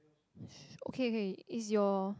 it's okay okay is your